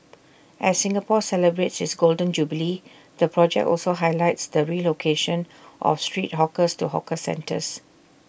as Singapore celebrates its Golden Jubilee the project also highlights the relocation of street hawkers to hawker centres